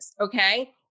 okay